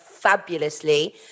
fabulously